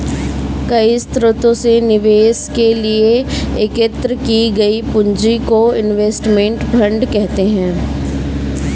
कई स्रोतों से निवेश के लिए एकत्रित की गई पूंजी को इनवेस्टमेंट फंड कहते हैं